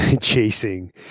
chasing